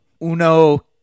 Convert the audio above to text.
uno